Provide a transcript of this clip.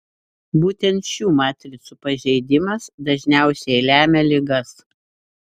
būtent šių matricų pažeidimas dažniausiai lemia ligas